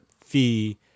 fee